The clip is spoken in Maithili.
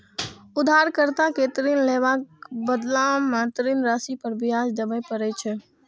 उधारकर्ता कें ऋण लेबाक बदला मे ऋण राशि पर ब्याज देबय पड़ै छै